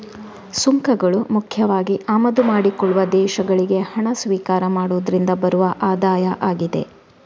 ಸುಂಕಗಳು ಮುಖ್ಯವಾಗಿ ಆಮದು ಮಾಡಿಕೊಳ್ಳುವ ದೇಶಗಳಿಗೆ ಹಣ ಸ್ವೀಕಾರ ಮಾಡುದ್ರಿಂದ ಬರುವ ಆದಾಯ ಆಗಿದೆ